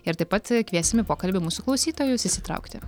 ir taip pat kviesim į pokalbį mūsų klausytojus įsitraukti